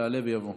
יעלה ויבוא.